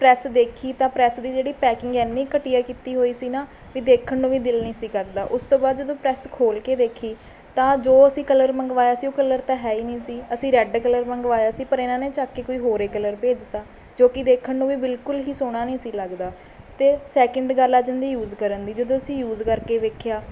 press ਦੇਖੀ ਤਾਂ press ਦੀ ਜਿਹੜੀ ਪੈਕਿੰਗ ਇੰਨੀ ਘਟੀਆ ਕੀਤੀ ਹੋਈ ਸੀ ਨਾ ਵੀ ਦੇਖਣ ਨੂੰ ਵੀ ਦਿਲ ਨਹੀਂ ਸੀ ਕਰਦਾ ਉਸ ਤੋਂ ਬਾਅਦ ਜਦੋਂ ਪ੍ਰੈੱਸ ਖੋਲ੍ਹਕੇ ਦੇਖੀ ਤਾਂ ਜੋ ਅਸੀਂ ਕਲਰ ਮੰਗਵਾਇਆ ਸੀ ਉਹ ਕਲਰ ਤਾਂ ਹੈ ਹੀ ਨਹੀਂ ਸੀ ਅਸੀਂ ਰੈੱਡ ਕਲਰ ਮੰਗਵਾਇਆ ਸੀ ਪਰ ਇਹਨਾਂ ਨੇ ਚੱਕ ਕੇ ਕੋਈ ਹੋਰ ਹੀ ਕਲਰ ਭੇਜ ਦਿੱਤਾ ਜੋ ਕਿ ਦੇਖਣ ਨੂੰ ਵੀ ਬਿਲਕੁਲ ਹੀ ਸੋਹਣਾ ਨਹੀਂ ਸੀ ਲੱਗਦਾ ਅਤੇ ਸੈਂਕਿੰਡ ਗੱਲ ਆ ਜਾਂਦੀ ਯੂਜ਼ ਕਰਨ ਦੀ ਜਦੋਂ ਅਸੀਂ ਯੂਜ਼ ਕਰਕੇ ਵੇਖਿਆ